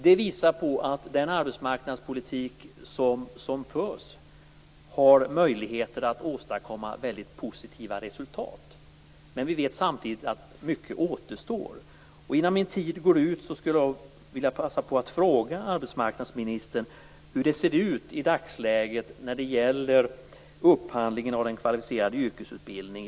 Detta visar att den arbetsmarknadspolitik som förs har möjligheter att åstadkomma väldigt positiva resultat. Men vi vet samtidigt att mycket återstår. Jag vill passa på att fråga arbetsmarknadsministern hur det ser ut i dagsläget när det gäller upphandlingen av den kvalificerade yrkesutbildningen.